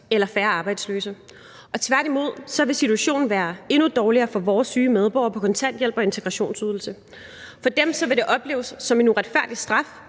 eller færre arbejdsløse. Tværtimod vil situationen være endnu dårligere for vores syge medborgere på kontanthjælp og integrationsydelse. For dem vil det opleves som en uretfærdig straf,